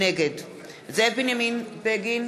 נגד זאב בנימין בגין,